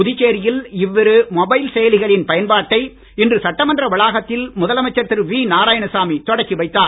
புதுச்சேரியில் இவ்விரு மொபைல் செயலிகளின் பயன்பாட்டை இன்று சட்டமன்ற வளாகத்தில் முதலமைச்சர் திரு வி நாராயணசாமி தொடக்கி வைத்தார்